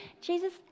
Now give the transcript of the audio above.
Jesus